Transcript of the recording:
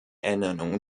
ernennung